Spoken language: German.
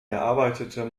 erarbeitete